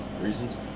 reasons